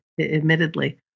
admittedly